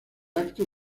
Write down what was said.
acto